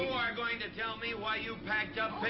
you are going to tell me why you packed up,